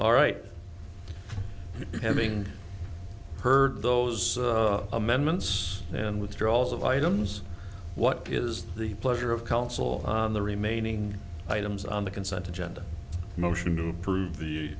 all right having heard those amendments and withdrawals of items what is the pleasure of council on the remaining items on the consent agenda motion t